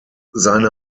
seine